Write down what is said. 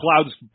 clouds